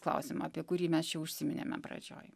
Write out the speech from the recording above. klausimą apie kurį mes čia užsiminėm pradžioj